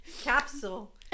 capsule